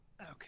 Okay